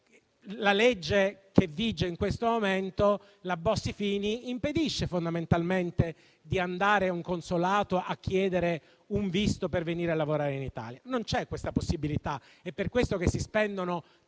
La legge che vige in questo momento, la Bossi-Fini, impedisce fondamentalmente di andare a un consolato a chiedere un visto per venire a lavorare in Italia. Non c'è una tale possibilità. È per questo che si spendono tanti soldi